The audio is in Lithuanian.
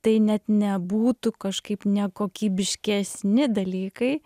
tai net nebūtų kažkaip nekokybiškesni dalykai